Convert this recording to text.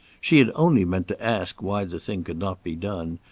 she had only meant to ask why the thing could not be done,